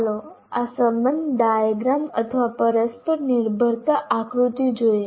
ચાલો આ સંબંધ ડાયાગ્રામ અથવા પરસ્પર નિર્ભરતા આકૃતિ જોઈએ